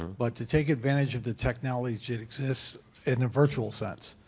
but to take advantage of the technology that exists in a virtual sense.